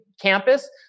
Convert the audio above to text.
campus